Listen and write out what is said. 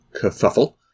kerfuffle